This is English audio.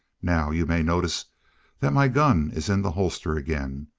now, you may notice that my gun is in the holster again.